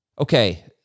Okay